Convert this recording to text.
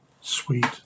sweet